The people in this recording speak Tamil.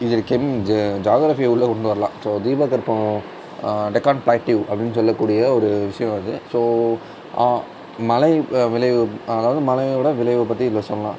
இதில் ஜாக்ரஃபி உள்ளே கொண்டு வரலாம் ஸோ தீபகற்பம் டெக்கார்ட் பிளாட்டிவ் அப்படீன்னு சொல்லக்கூடிய ஒரு விஷயம் அது ஸோ மழை விளைவு அதாவது மழையோட விளைவை பற்றி இதில் சொல்லலாம்